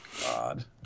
God